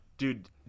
Dude